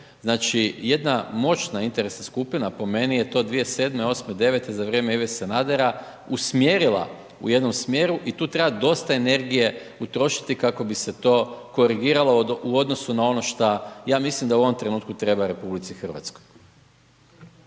Znači, jedna moćna interesna skupina, po meni je to 2007., 2008., 2009. za vrijeme Ive Sanadera usmjerila u jednom smjeru i tu treba dosta energije utrošiti kako bi se to korigiralo u odnosu na ono što, ja mislim da u ovom trenutku treba RH.